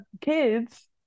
kids